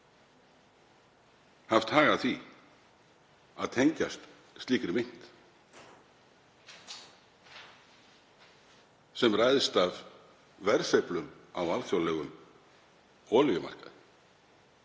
haft hag af því að tengjast slíkri mynt sem ræðst af verðsveiflum á alþjóðlegum olíumarkaði.